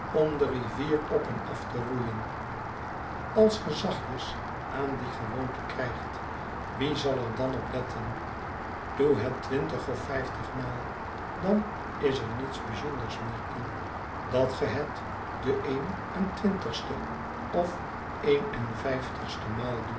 ora de rivier op en af te roeien als ge zachtjes aan die gewoonte krijgt wie zal er dan op letten doe het twintig of vijftigmaal dan is er niets bijzonders meer in dat ge het de een en twintigste of een en vijftigste maal doet